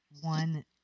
one